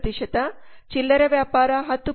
6 ಚಿಲ್ಲರೆ ವ್ಯಾಪಾರ 10